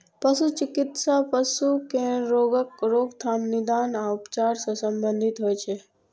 पशु चिकित्सा पशु केर रोगक रोकथाम, निदान आ उपचार सं संबंधित होइ छै